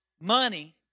money